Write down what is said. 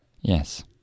Yes